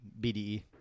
BDE